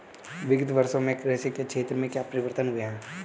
विगत वर्षों में कृषि के क्षेत्र में क्या परिवर्तन हुए हैं?